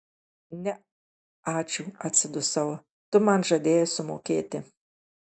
ne ačiū atsidusau tu man žadėjai sumokėti